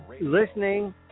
listening